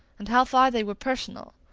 and how far they were personal.